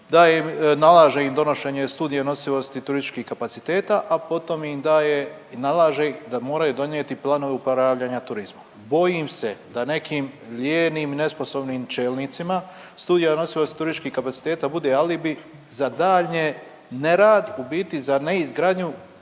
daje im, nalaže im donošenje studije nosivosti turističkih kapaciteta, a potom im daje i nalaže ih, da moraju donijeti planove upravljanja turizmom. Bojim se da nekim lijenim i nesposobnim čelnicima, studija nosivosti turističkih kapaciteta bude alibi za daljnje nerad u biti za neizgradnju